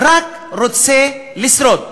רק רוצה לשרוד.